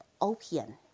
opium